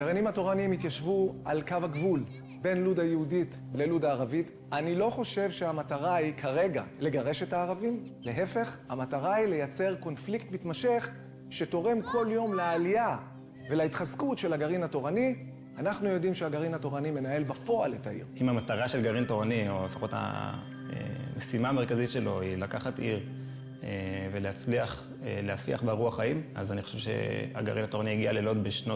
גרעינים התורניים התיישבו על קו הגבול בין לודה יהודית ללודה ערבית. אני לא חושב שהמטרה היא כרגע לגרש את הערבים. להפך, המטרה היא לייצר קונפליקט מתמשך שתורם כל יום לעלייה ולהתחזקות של הגרעין התורני. אנחנו יודעים שהגרעין התורני מנהל בפועל את העיר. אם המטרה של גרעין תורני, או לפחות המשימה המרכזית שלו היא לקחת עיר ולהצליח להפיח בה רוח חיים, אז אני חושב שהגרעין התורני יגיע ללוד בשנות...